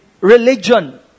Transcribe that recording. religion